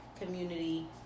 community